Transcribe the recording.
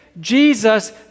Jesus